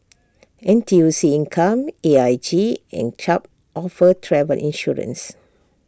N T U C income A I G and Chubb offer travel insurance